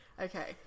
Okay